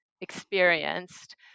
experienced